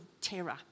terror